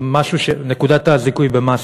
נקודת הזיכוי במס,